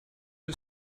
you